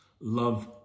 Love